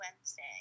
Wednesday